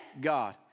God